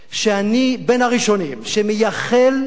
אני בין הראשונים שמייחל לכך